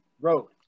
road